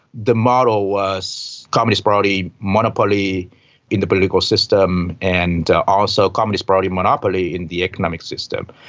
the model was communist party monopoly in the political system and also communist party monopoly in the economic system.